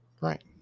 Right